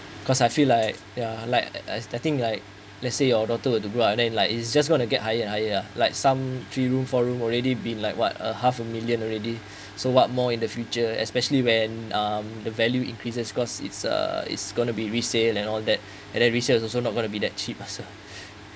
cause I feel like ya like I starting like let's say your daughter would to grow up and then like it's just going to get higher and higher like some three room four room already been like what a half a million already so what more in the future especially when um the value increases cause it's uh it's gonna be resale and all that and then resale is also not gonna be that cheap also